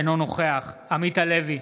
אינו נוכח עמית הלוי,